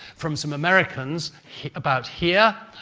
from some americans about here,